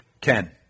Ken